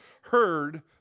heard